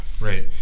Right